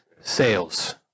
sales